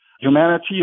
Humanity